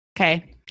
okay